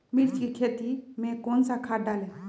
मिर्च की खेती में कौन सा खाद डालें?